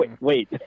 Wait